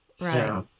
Right